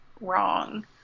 wrong